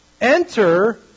Enter